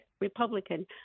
republican